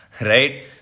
right